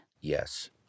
Yes